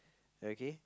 okay